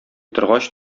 торгач